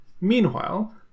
Meanwhile